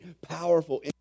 powerful